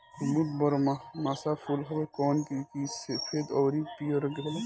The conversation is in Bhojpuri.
कुमुद बारहमासा फूल हवे जवन की सफ़ेद अउरी पियर रंग के होला